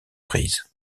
prises